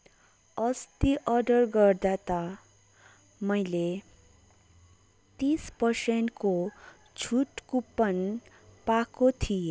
अस्ति अर्डर गर्दा त मैले तिस पर्सेन्टको छुट कुपन पाएको थिएँ